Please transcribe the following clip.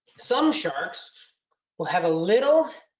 some sharks will have a little,